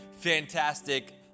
fantastic